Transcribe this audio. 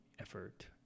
effort